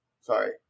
sorry